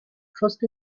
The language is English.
trust